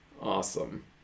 awesome